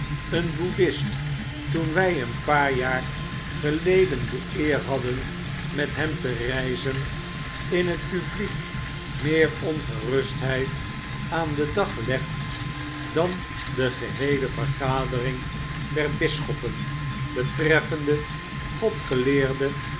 een boeddhist toen wjj een paar jaar geleden de eer hadden met hem te reizen in het publiek meer ongerustheid aan den dag legt dan de geheele vergadering der bisschoppen betreffende